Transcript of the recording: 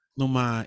numa